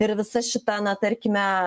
ir visa šita na tarkime